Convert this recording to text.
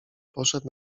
poszedł